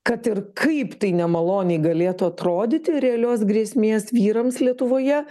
kad ir kaip tai nemaloniai galėtų atrodyti realios grėsmės vyrams lietuvoje